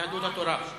יהדות התורה.